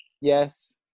Yes